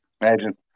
Imagine